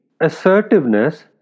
assertiveness